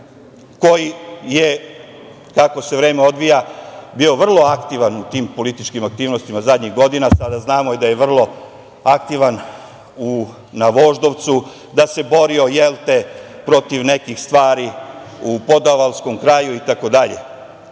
koji je, kako se vreme odvija bio vrlo aktivan u tim političkim aktivnostima zadnjih godina, sada znamo da je vrlo aktivan na Voždovcu, da se borio protiv nekih stvari u podavalskom kraju itd,